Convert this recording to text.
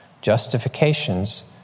justifications